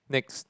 next